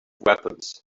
weapons